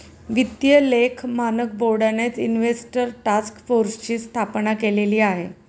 वित्तीय लेख मानक बोर्डानेच इन्व्हेस्टर टास्क फोर्सची स्थापना केलेली आहे